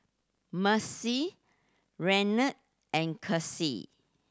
Macie Renard and Casie